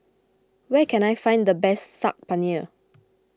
where can I find the best Saag Paneer